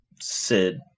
Sid